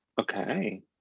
Okay